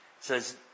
Says